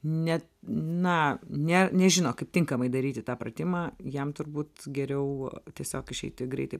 net na ne nežino kaip tinkamai daryti tą pratimą jam turbūt geriau tiesiog išeiti greitai